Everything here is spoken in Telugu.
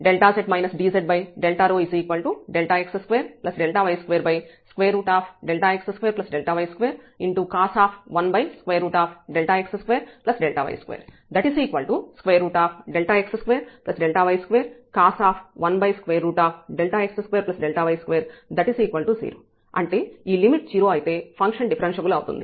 z dz Δx2Δy2x2Δy2cos 1x2Δy2 x2y2cos 1x2y2 0 అంటే ఈ లిమిట్ 0 అయితే ఫంక్షన్ డిఫరెన్ష్యబుల్ అవుతుంది